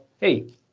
hey